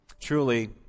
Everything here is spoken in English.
Truly